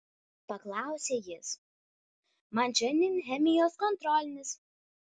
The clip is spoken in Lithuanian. paklausė jis man šiandien chemijos kontrolinis